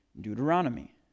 Deuteronomy